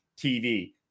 TV